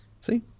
See